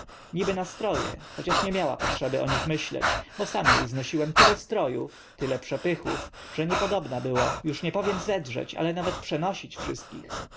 niby na stro e chociaż nie miała potrzeby o nich myśleć bo sam e znosiłem tyle stro ów tyle przepychów że niepodobna było uż nie powiem zedrzeć ale nawet przenosić wszystkich